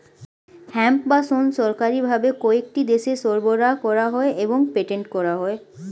hemp বা শণ সরকারি ভাবে কয়েকটি দেশে সরবরাহ করা হয় এবং পেটেন্ট করা হয়